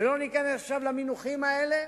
ולא ניכנס עכשיו למינוחים האלה,